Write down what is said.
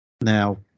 now